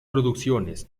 producciones